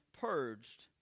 purged